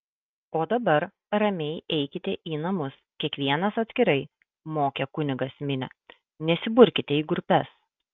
o dabar ramiai eikite į namus kiekvienas atskirai mokė kunigas minią nesiburkite į grupes